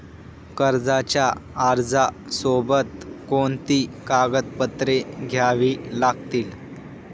कर्जाच्या अर्जासोबत कोणती कागदपत्रे द्यावी लागतील?